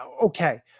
okay